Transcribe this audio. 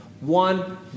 One